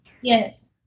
Yes